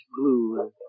blue